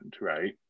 right